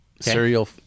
cereal